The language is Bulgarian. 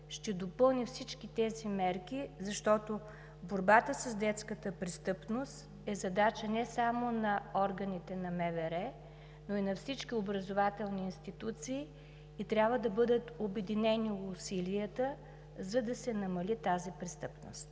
ще допълни всички тези мерки, защото борбата с детската престъпност е задача не само на органите на МВР, но и на всички образователни институции и усилията трябва да бъдат обединени, за да се намали тази престъпност.